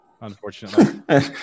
unfortunately